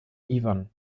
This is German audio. iwan